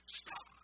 stop